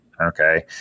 okay